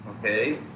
okay